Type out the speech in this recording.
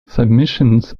submissions